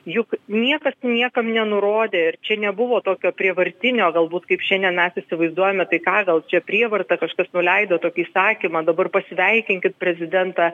juk niekas niekam nenurodė ir čia nebuvo tokio prievartinio galbūt kaip šiandien mes įsivaizduojame tai ką gal čia prievarta kažkas nuleido tokį įsakymą dabar pasveikinkit prezidentą